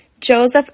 Joseph